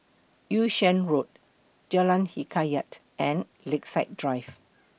Yung Sheng Road Jalan Hikayat and Lakeside Drive